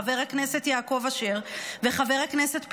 חבר הכנסת יעקב אשר וחבר הכנסת פינדרוס,